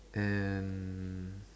and